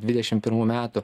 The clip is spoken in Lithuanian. dvidešim pirmų metų